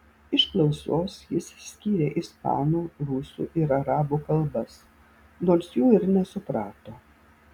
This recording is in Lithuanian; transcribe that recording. iš klausos jis skyrė ispanų rusų ir arabų kalbas nors jų ir nesuprato